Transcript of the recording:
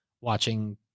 watching